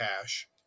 cash